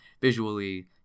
visually